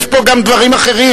יש פה גם דברים אחרים.